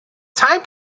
time